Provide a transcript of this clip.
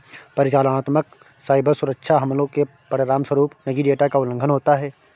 परिचालनात्मक साइबर सुरक्षा हमलों के परिणामस्वरूप निजी डेटा का उल्लंघन होता है